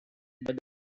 but